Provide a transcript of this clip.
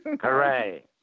Hooray